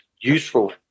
useful